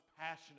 passionate